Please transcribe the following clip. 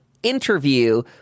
interview